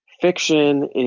fiction